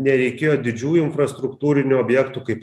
nereikėjo didžiųjų infrastruktūrinių objektų kaip